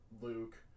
Luke